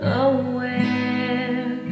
aware